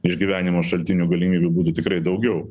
išgyvenimo šaltinių galimybių būtų tikrai daugiau